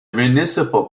municipal